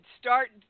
start